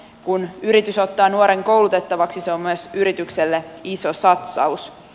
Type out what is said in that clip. kun yritys ottaa nuoren koulutettavaksi se on myös yritykselle iso satsaus